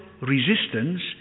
resistance